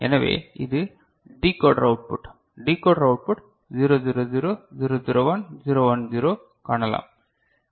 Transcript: எனவே இது decoder output decoder output 0 0 0 0 0 1 0 1 0 காணலாம்